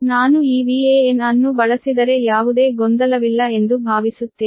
ನಾನು ಈ Van ಅನ್ನು ಬಳಸಿದರೆ ಯಾವುದೇ ಗೊಂದಲವಿಲ್ಲ ಎಂದು ಭಾವಿಸುತ್ತೇವೆ